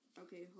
Okay